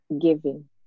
giving